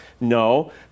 No